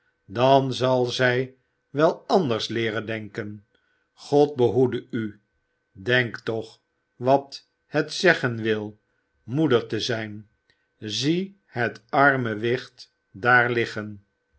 dan zal zij wel anders leeren denken god behoede u denk toch wat het zeggen wil moeder te zijn zie het arme wicht daar liggen